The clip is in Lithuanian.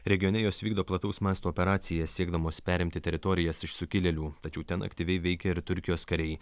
regione jos vykdo plataus masto operaciją siekdamos perimti teritorijas iš sukilėlių tačiau ten aktyviai veikia ir turkijos kariai